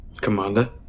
Commander